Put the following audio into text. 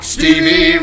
Stevie